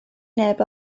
neb